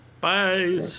Bye